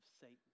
Satan